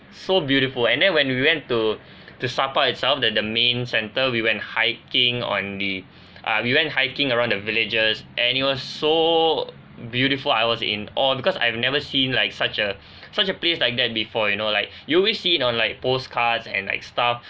so beautiful and then when we went to to sa pa itself that the main centre we went hiking on the err we went hiking around the villages and it was so beautiful I was in awe because I have never seen like such a such a place like that before you know like you always see it on like postcards and like stuff